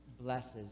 blesses